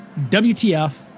WTF